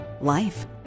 life